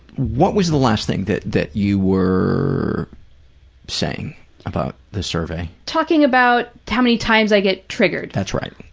what was the last thing that that you were saying about the survey? talking about how many times i get triggered. that's right,